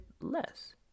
less